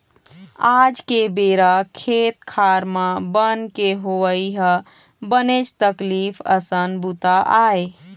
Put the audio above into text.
आज के बेरा खेत खार म बन के होवई ह बनेच तकलीफ असन बूता आय